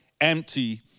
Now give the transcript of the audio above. empty